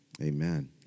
amen